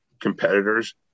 competitors